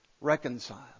reconciled